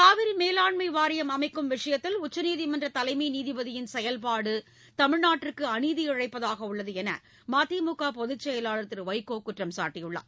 காவிரி மேலாண்மை வாரியம் அமைக்கும் விஷயத்தில் உச்சநீதிமன்ற தலைமை நீதிபதியின் செயல்பாடு தமிழ்நாட்டிற்கு அநீதி இழைப்பதாக உள்ளது என்று மதிமுக பொதுச் செயலாளர் திரு வைகோ குற்றம் சாட்டியுள்ளார்